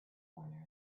corner